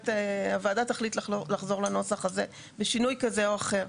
הוועדה תחליט לחזור לנוסח הזה בשינוי כזה או אחר,